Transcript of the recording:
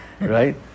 Right